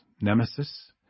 nemesis